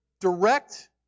direct